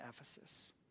Ephesus